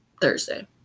thursday